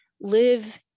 live